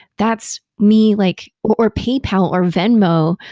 that's me like or paypal or venmo.